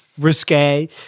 risque